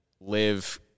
live